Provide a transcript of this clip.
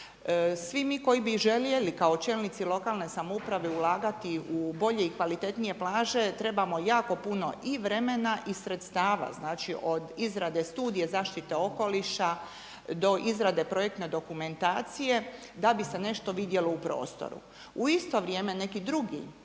Svi mi koji bi željeli kao čelnici lokalne samouprave ulagati u bolje i kvalitetnije plaže trebamo jako puno i vremena i sredstava. Znači od izrade Studije zaštite okoliša do izrade projektne dokumentacije da bi se nešto vidjelo u prostoru. U isto vrijeme neki drugi